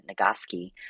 Nagoski